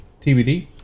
TBD